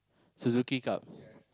Suzuki club